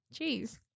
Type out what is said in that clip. Jeez